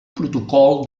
protocol